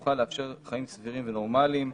תוכל לאפשר חיים סבירים ונורמליים,